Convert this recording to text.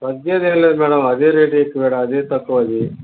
తగ్గేదేం లేదు మేడమ్ అదే రేట్ వేస్తున్నాం అదే తక్కువది